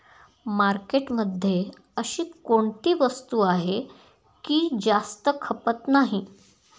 मार्केटमध्ये अशी कोणती वस्तू आहे की जास्त खपत नाही?